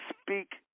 speak